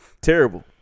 Terrible